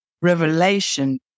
revelation